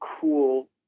cool